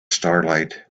starlight